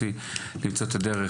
כדי שנמצא ביחד איזו דרך